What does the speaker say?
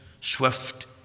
swift